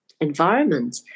environment